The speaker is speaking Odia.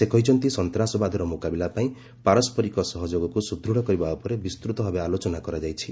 ସେ କହିଛନ୍ତି ସନ୍ତାସବାଦର ମୁକାବିଲା ପାଇଁ ପାରସ୍କରିକ ସହଯୋଗକୁ ସୁଦୃଢ଼ କରିବା ଉପରେ ବିସ୍ତୂତ ଭାବେ ଆଲୋଚନା କରାଯାଇଛି